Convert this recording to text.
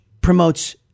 promotes